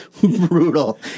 brutal